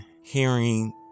hearing